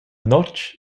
notg